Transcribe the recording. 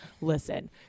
Listen